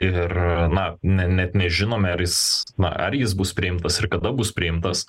ir na ne net nežinome ar jis na ar jis bus priimtas ir kada bus priimtas